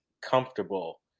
Comfortable